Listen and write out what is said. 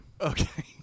Okay